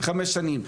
חמש שנים,